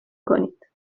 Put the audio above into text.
کنید